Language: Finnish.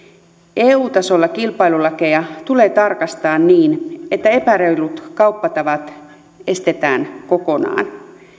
eu tasolla kilpailulakeja tulee tarkastaa niin että epäreilut kauppatavat estetään kokonaan